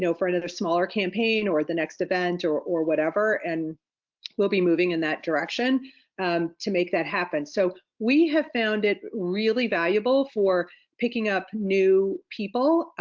so for another smaller campaign or the next event or or whatever, and we'll be moving in that direction to make that happen. so we have found it really valuable for picking up new people,